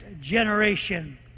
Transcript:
generation